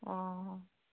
অঁ